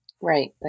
Right